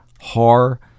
Har